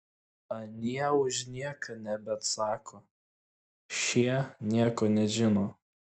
anie už nieką nebeatsako šie nieko nežino